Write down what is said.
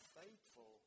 faithful